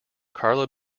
carla